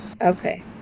Okay